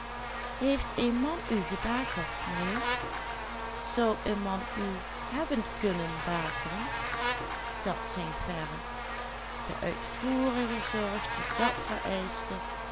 hebben kunnen bakeren dat zij verre de uitvoerige zorg die dat vereischte